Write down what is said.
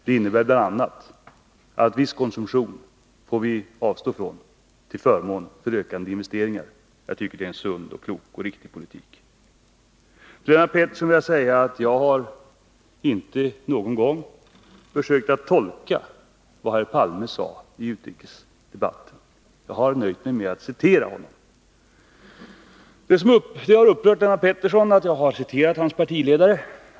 Det innebär bl.a. att vi får avstå från viss konsumtion till förmån för ökande investeringar. Jag tycker att det är en sund och riktig politik. Till Lennart Pettersson vill jag säga att jag inte någon gång har försökt att tolka vad Olof Palme sade i den utrikespolitiska debatten. Jag har nöjt mig med att citera honom. Lennart Pettersson har upprörts av att jag citerade hans partiledare.